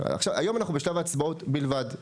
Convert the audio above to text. היום אנחנו בשלב ההצבעות בלבד.